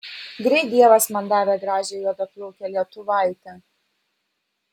greit dievas man davė gražią juodaplaukę lietuvaitę